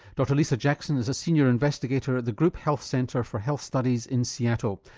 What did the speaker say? dr lisa jackson is a senior investigator at the group health center for health studies in seattle.